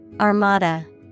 Armada